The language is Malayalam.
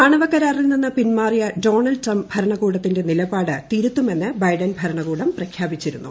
ആണവ കരാറിൽ നിന്ന് പിന്മാറിയ ഡോണൾഡ് ട്രംപ് ഭരണകൂടത്തിന്റെ നിലപാട് തിരുത്തുമെന്ന് ൂ ബൈഡൻ ഭരണകൂടം പ്രഖ്യാപിച്ചിരുന്നു